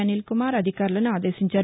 అనీల్ కుమార్ అధికారులను ఆదేశించారు